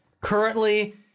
Currently